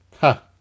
Ha